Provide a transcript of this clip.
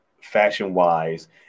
fashion-wise